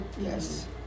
yes